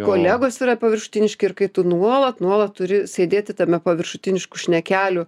kolegos yra paviršutiniški ir kai tu nuolat nuolat turi sėdėti tame paviršutiniškų šnekelių